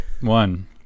One